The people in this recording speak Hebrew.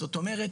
זאת אומרת,